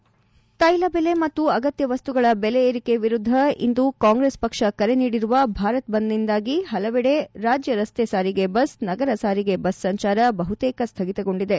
ತ್ಯೆಲ ಬೆಲೆ ಮತ್ತು ಅಗತ್ಯ ವಸ್ತುಗಳ ಬೆಲೆ ಏರಿಕೆ ವಿರುದ್ದ ಇಂದು ಕಾಂಗ್ರೆಸ್ ಪಕ್ಷ ಕರೆ ನೀಡಿರುವ ಭಾರತ್ ಬಂದ್ನಿಂದಾಗಿ ಪಲವೆಡೆ ರಾಜ್ಯ ರಸ್ತೆ ಸಾರಿಗೆ ಬಸ್ ನಗರ ಸಾರಿಗೆ ಬಸ್ ಸಂಚಾರ ಬಹುತೇಕ ಸ್ವಗಿತಗೊಂಡಿದೆ